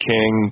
King